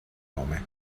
nome